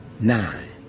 nine